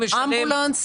אמבולנס,